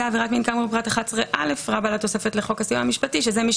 עבירת מין כאמור בפרט 11א לתוספת לחוק הסיוע המשפטי," שזה מי